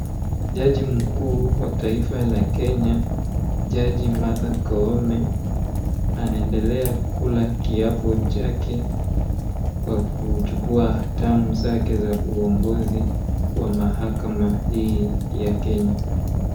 Jaji mkuu wa taifa la Kenya jaji Martha Koome anaendelea kula kiapo chake kwa kuchukua hatamu zake za uongozi wa mahakama hii ya Kenya.